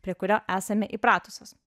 prie kurio esame įpratusios